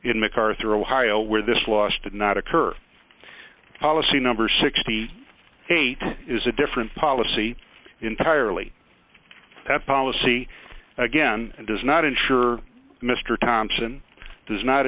in macarthur ohio where this last did not occur policy number sixty eight is a different policy entirely that policy again does not ensure mr thomson does not